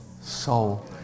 soul